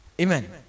Amen